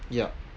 yup